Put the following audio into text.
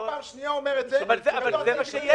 הפקידים, תעשו מה שאתם רוצים